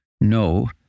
no